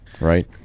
right